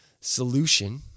solution